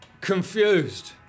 Confused